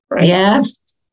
Yes